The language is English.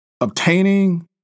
Obtaining